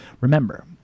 remember